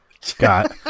Scott